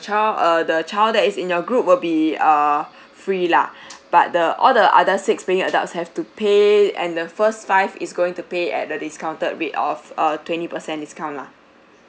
child uh the child is in your group will be err free lah but the all the other six paying adults have to pay and the first five is going to pay at a discounted rate of uh twenty percent discount lah